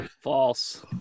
False